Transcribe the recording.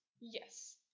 Yes